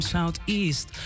Southeast